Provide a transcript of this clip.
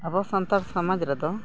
ᱟᱵᱚ ᱥᱟᱱᱛᱟᱲ ᱥᱚᱢᱟᱡᱽ ᱨᱮᱫᱚ